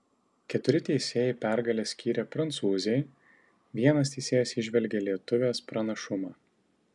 keturi teisėjai pergalę skyrė prancūzei vienas teisėjas įžvelgė lietuvės pranašumą